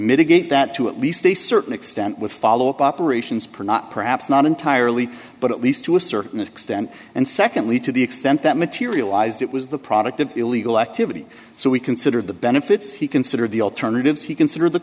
mitigate that to at least a certain extent with follow up operations pernot perhaps not entirely but at least to a certain extent and secondly to the extent that materialized it was the product of illegal activity so we considered the benefits he considered the alternatives he considered the